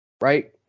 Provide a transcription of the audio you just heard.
Right